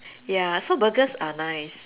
ya so burgers are nice